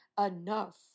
enough